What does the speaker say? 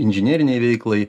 inžinerinei veiklai